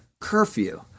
curfew